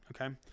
Okay